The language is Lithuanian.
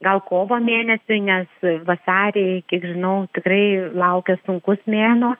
gal kovo mėnesiui nes vasarį kiek žinau tikrai laukia sunkus mėnuo